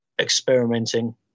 experimenting